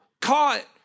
caught